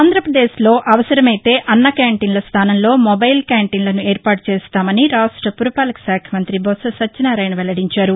ఆంధ్రాప్రదేశ్లో అవసరమైతే అన్న క్యాంటీన్ల స్థానంలో మొబైల్ క్యాంటీన్లను ఏర్పాటు చేస్తామని రాష్ట పురపాలక శాఖ మంతి బొత్స సత్యనారాయణ వెల్లడించారు